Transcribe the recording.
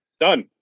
Done